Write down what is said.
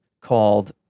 called